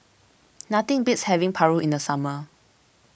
nothing beats having Paru in the summer